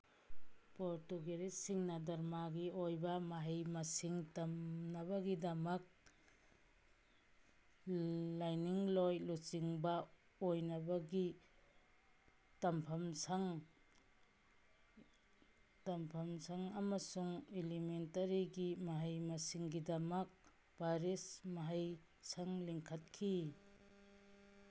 ꯄꯣꯇꯨꯒꯦꯔꯂꯤꯁꯁꯤꯡꯅ ꯗꯔꯃꯥꯒꯤ ꯑꯣꯏꯕ ꯃꯍꯩ ꯃꯁꯤꯡ ꯇꯝꯅꯕꯒꯤꯗꯃꯛ ꯂꯥꯏꯅꯤꯡꯂꯣꯏ ꯂꯨꯆꯤꯡꯕ ꯑꯣꯏꯅꯕꯒꯤ ꯇꯝꯐꯝꯁꯪ ꯇꯝꯐꯝꯁꯪ ꯑꯃꯁꯨꯡ ꯏꯂꯤꯃꯦꯟꯇꯔꯤꯒꯤ ꯃꯍꯩ ꯃꯁꯤꯡꯒꯤꯗꯃꯛ ꯄꯔꯤꯁ ꯃꯍꯩꯁꯪ ꯂꯤꯡꯈꯠꯈꯤ